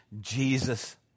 Jesus